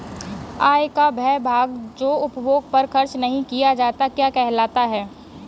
आय का वह भाग जो उपभोग पर खर्च नही किया जाता क्या कहलाता है?